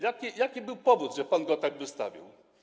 Jaki był powód, że pan go tak wystawił?